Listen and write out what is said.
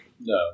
no